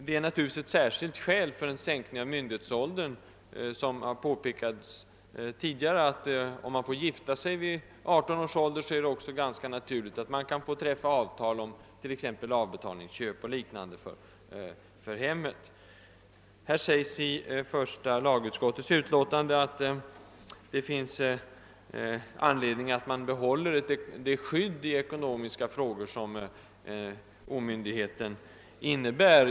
Naturligtvis är det ett särskilt skäl för en sänkning av myndighetsåldern: att man nu får gifta sig vid 18 års ålder. Då är det naturligt att man också får träffa avtal om exempelvis avbetalningsköp för hemmet. Det anförs i första lagutskottets utlåtande att det finns anledning att behålla det skydd i ekonomiska frågor som omyndigheten innebär.